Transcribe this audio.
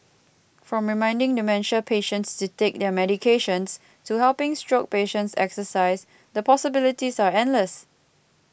from reminding dementia patients to take their medications to helping stroke patients exercise the possibilities are endless